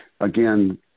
Again